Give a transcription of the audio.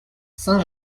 saint